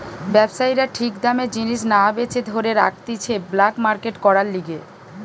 ব্যবসায়ীরা ঠিক দামে জিনিস না বেচে ধরে রাখতিছে ব্ল্যাক মার্কেট করার লিগে